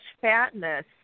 fatness